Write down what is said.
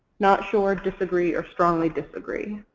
not sure, disagree or strongly disagree.